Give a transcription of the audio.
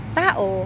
tao